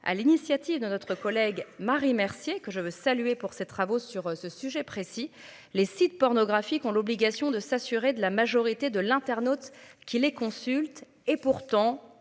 à l'initiative de notre collègue Marie Mercier que je veux saluer pour ses travaux sur ce sujet précis les sites pornographiques ont l'obligation de s'assurer de la majorité de l'internaute qui les consultent et pourtant